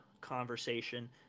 conversation